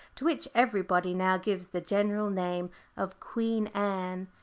to which everybody now gives the general name of queen anne.